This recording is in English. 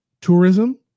Tourism